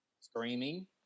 screaming